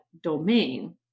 domain